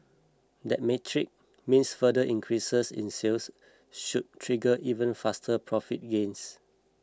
that metric means further increases in sales should trigger even faster profit gains